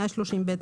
130(ב),